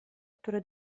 który